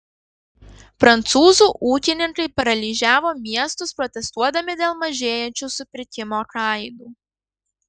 prancūzų ūkininkai paralyžiavo miestus protestuodami dėl mažėjančių supirkimo kainų